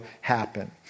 happen